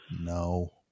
No